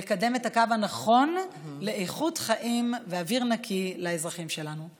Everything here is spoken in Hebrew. לקדם את הקו הנכון לאיכות חיים ואוויר נקי לאזרחים שלנו.